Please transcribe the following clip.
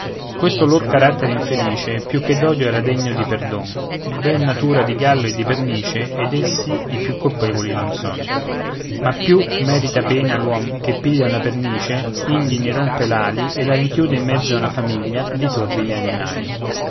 questo loro carattere infelice più che d'odio era degno di perdon v'è natura di gallo e di pernice ed essi i più colpevoli non son ma più merita pena l'uom che piglia una pernice indi ne rompe l'ali e la rinchiude in mezzo a una famiglia di torbidi animali